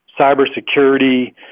cybersecurity